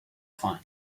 find